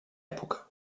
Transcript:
època